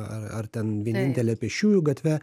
ar ar ten vienintelė pėsčiųjų gatve